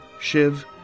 Shiv